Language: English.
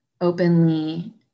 openly